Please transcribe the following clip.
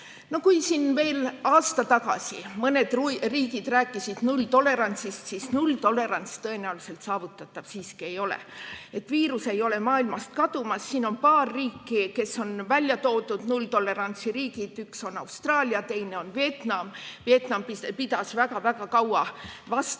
Kui veel aasta tagasi mõned riigid rääkisid nulltolerantsist, siis nulltolerants tõenäoliselt saavutatav siiski ei ole. Viirus ei ole maailmast kadumas. Siin on välja toodud paar riiki, kes on nulltolerantsi riigid. Üks on Austraalia, teine on Vietnam. Vietnam pidas väga-väga kaua vastu,